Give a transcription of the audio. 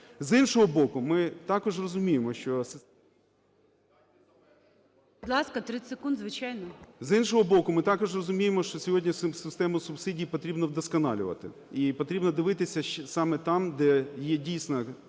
З іншого боку, ми також розуміємо, що сьогодні систему субсидій потрібно вдосконалювати і потрібно дивитися саме там, де є дійсно